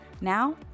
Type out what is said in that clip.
now